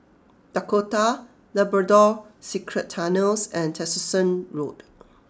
Dakota Labrador Secret Tunnels and Tessensohn Road